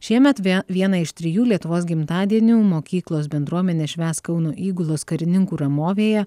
šiemet vie vieną iš trijų lietuvos gimtadienių mokyklos bendruomenė švęs kauno įgulos karininkų ramovėje